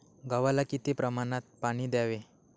गव्हाला किती प्रमाणात पाणी द्यावे?